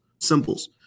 Symbols